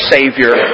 Savior